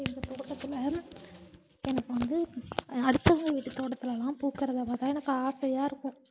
எங்கள் தோட்டத்துக்குள்ளே எனக்கு வந்து அடுத்தவங்க வீட்டு தோட்டத்துலெலாம் பூக்குறதை பார்த்தா எனக்கு ஆசையாக இருக்கும்